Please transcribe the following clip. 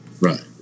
Right